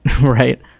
right